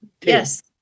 Yes